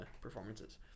performances